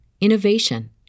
innovation